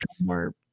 more